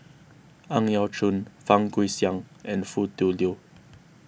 Ang Yau Choon Fang Guixiang and Foo Tui Liew